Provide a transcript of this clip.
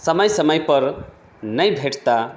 समय समय पर नहि भेटत तऽ